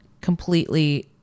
completely